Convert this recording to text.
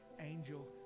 angel